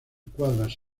cuadras